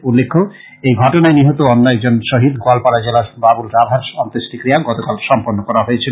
উল্লেখ্য যে এই ঘটনায় নিহত অন্য একজন শহীদ গোয়ালপাড়া জেলার বাবুল রাভার অন্ত্যেষ্টিক্রীয়া গতকাল সম্পন্ন করা হয়েছে